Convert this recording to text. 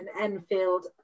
Enfield